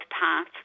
path